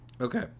Okay